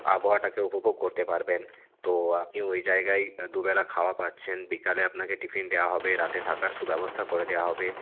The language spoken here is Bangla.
আবহাওয়াটাকে উপভোগ করতে পারবেন তো আপনি ওই জায়গায় দু বেলা খাওয়া পাচ্ছেন বিকালে আপনাকে টিফিন দেয়া হবে রাতে থাকার সুব্যবস্থা করে দেয়া হবে